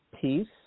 Peace